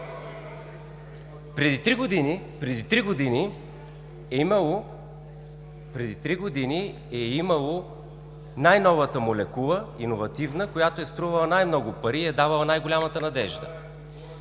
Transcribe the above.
Преди три години е имало най-новата иновативна молекула, която е струвала най-много пари и е давала най-голямата надежда.